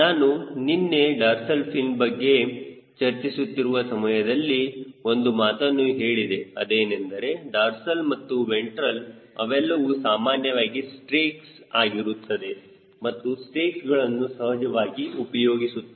ನಾನು ನಿನ್ನೆ dorsal fin ಬಗ್ಗೆ ಚರ್ಚಿಸುತ್ತಿರುವ ಸಮಯದಲ್ಲಿ ಒಂದು ಮಾತನ್ನು ಹೇಳಿದೆ ಅದೇನೆಂದರೆ ಡಾರ್ಸಲ್ ಅಥವಾ ವೆಂಟ್ರಲ್ ಅವೆಲ್ಲವೂ ಸಾಮಾನ್ಯವಾಗಿ ಸ್ಟ್ರೇಕ್ಸ್ ಆಗಿರುತ್ತದೆ ಮತ್ತು ಸ್ಟ್ರೇಕ್ಸ್ಗಳನ್ನು ಸಹಜವಾಗಿ ಉಪಯೋಗಿಸುತ್ತಾರೆ